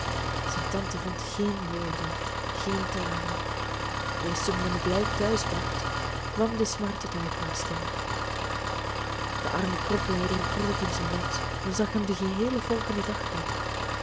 zijn tante vond geen woorden geen tranen eerst toen men het lijk thuis bracht kwam de smart tot uitbarsting de arme kroplijder kroop in zijn bed men zag hem den geheelen volgenden dag niet